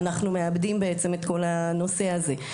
אנחנו מאבדים בעצם את כל הנושא הזה.